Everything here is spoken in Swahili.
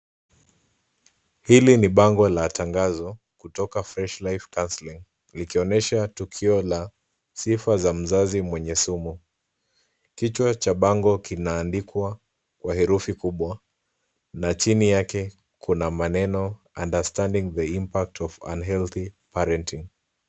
Hili ni bango la tangazo, kutoka fresh life counselling likionysha tukio la sifa za mzazi mwenye sumu, kichwa cha bango kinaandikwa kwa herufi kubwa, na chini yake kuna maneno understanding the impact of unhealthy parenting .